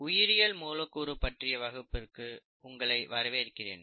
உயிரியல் மூலக்கூறு பற்றிய வகுப்புக்கு உங்களை வரவேற்கிறேன்